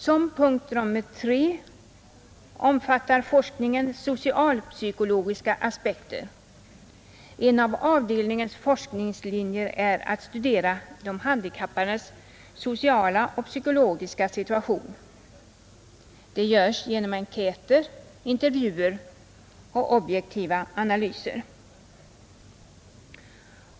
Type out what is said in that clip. För det tredje omfattar forskningen socialpsykologiska aspekter. En av avdelningens forskningslinjer är att studera de handikappades sociala och psykologiska situation. Det görs genom enkäter, intervjuer och objektiva analyser.